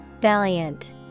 Valiant